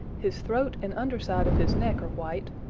his throat and under side of his neck are white,